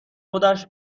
خودش